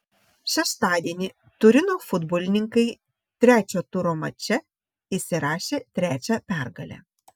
šeštadienį turino futbolininkai trečio turo mače įsirašė trečią pergalę